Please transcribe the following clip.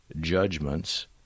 judgments